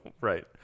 Right